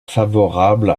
favorable